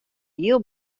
giel